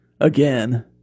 Again